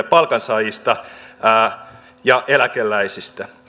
palkansaajista ja eläkeläisistä